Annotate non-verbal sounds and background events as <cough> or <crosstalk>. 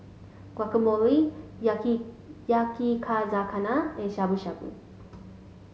Guacamole <unintelligible> Yakizakana and Shabu Shabu